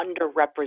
underrepresented